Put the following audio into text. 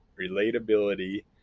relatability